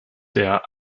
der